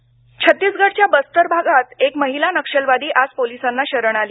नक्षलवादी शरण छत्तीसगडच्या बस्तर भागात एक महिला नक्षलवादी आज पोलिसांना शरण आली